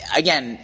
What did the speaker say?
again